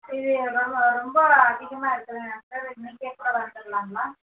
இது ரொம்ப ரொம்ப அதிகமாயிருக்கு டாக்டர் இன்றைக்கே கூட வந்துடலாங்களா